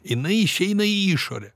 jinai išeina į išorę